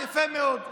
יפה מאוד.